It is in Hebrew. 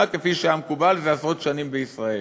כפי שהיה מקובל זה עשרות שנים בישראל.